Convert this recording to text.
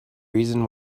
reason